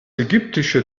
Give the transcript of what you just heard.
ägyptische